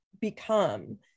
become